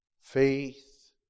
faith